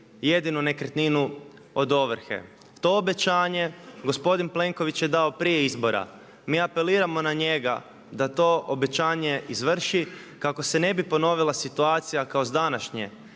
jedinu nekretninu od ovrhe. To obećanje gospodin Plenković je dao prije izbora, mi apeliramo na njega da to obećanje izvrši kako se ne bi ponovila situacija kao sa današnje